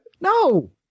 No